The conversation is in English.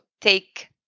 take